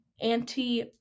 anti